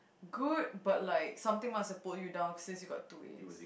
good but like something must have pulled you down since you got two As